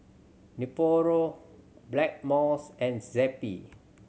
Nepro Blackmores and Zappy